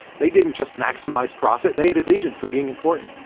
they didn't just maximize profit. they had a vision for being important.